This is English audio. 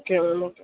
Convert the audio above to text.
okay ma'am okay